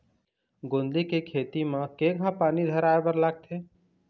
गोंदली के खेती म केघा पानी धराए बर लागथे?